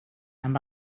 amb